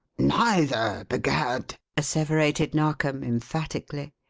neither, b'gad! asseverated narkom, emphatically.